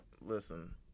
Listen